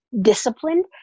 disciplined